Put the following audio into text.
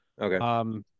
Okay